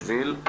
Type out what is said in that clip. שבי"ל,